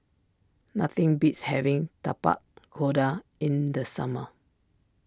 nothing beats having Tapak Kuda in the summer